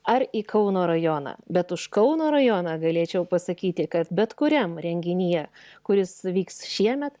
ar į kauno rajoną bet už kauno rajoną galėčiau pasakyti kad bet kuriam renginyje kuris vyks šiemet